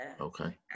okay